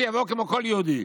שיבוא כמו כל יהודי.